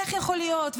איך יכול להיות,